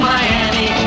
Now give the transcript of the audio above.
Miami